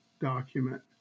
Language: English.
document